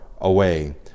away